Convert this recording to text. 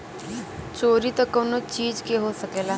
चोरी त कउनो चीज के हो सकला